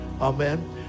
Amen